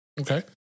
okay